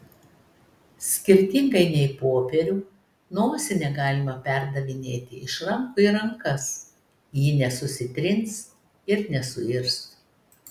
skirtingai nei popierių nosinę galima perdavinėti iš rankų į rankas ji nesusitrins ir nesuirs